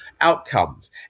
outcomes